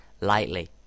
lightly